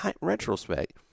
retrospect